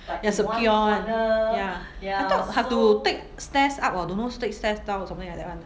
ya secure [one] ya I thought have to take stairs up or don't know take stairs down or something like that [one]